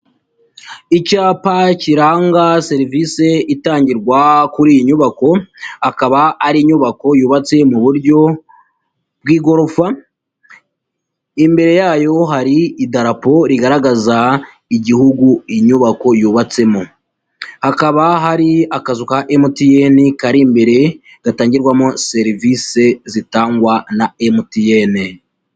Icyapa kiranga serivisi itangirwa kuri iyi nyubako, akaba ari inyubako yubatse mu buryo bw'igorofa, imbere yayo hari idarapo rigaragaza igihugu iyi inyubako yubatsemo, hakaba hari akazu ka MTN kari imbere gatangirwamo serivisi zitangwa na MTN.